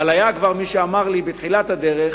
אבל היה כבר מי שאמר לי בתחילת הדרך